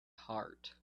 heart